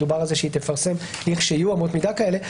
דובר על כך שהיא תפרסם לכשיהיו אמות מידה כאלה.